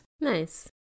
Nice